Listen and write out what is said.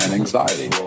anxiety